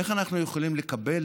איך אנחנו יכולים לקבל,